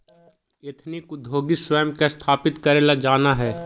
ethnic उद्योगी स्वयं के स्थापित करेला जानऽ हई